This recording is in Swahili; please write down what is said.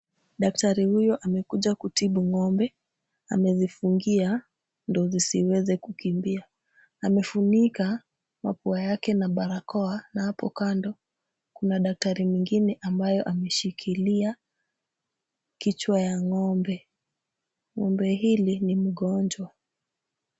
Daktari huyu amekuja kutibu ng'ombe, amezifungia ndo zisiweze kukimbia. Amefunika mapua yake na barakoa na hapo kando, kuna daktari mwingine ambayo ameshikilia kichwa ya ng'ombe. Ng'ombe hili ni mgonjwa.